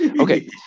Okay